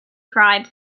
cried